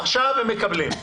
עכשיו הם מקבלים,